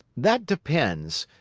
that depends.